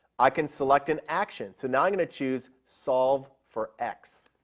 i can select an action. so now i'm going to choose solve for x,